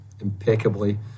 impeccably